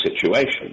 situation